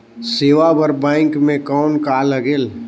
सेवा बर बैंक मे कौन का लगेल?